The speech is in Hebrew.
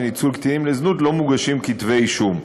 ניצול קטינים לזנות לא מוגשים כתבי אישום.